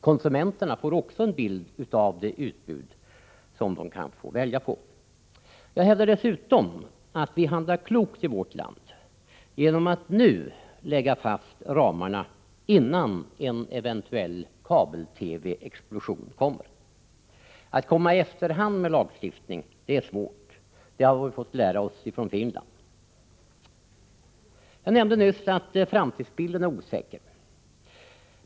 Konsumenterna får också en bild av det utbud som kommer att erbjudas dem. Jag hävdar dessutom att vi handlar klokt i vårt land genom att nu lägga fast ramarna, innan en kabel-TV-explosion inträffar. Att komma i efterhand med lagstiftning är svårt — det har vi fått lära oss från Finland. Jag nämnde nyss att framtidsbilden är osäker.